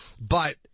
but-